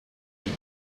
week